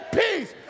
peace